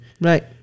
Right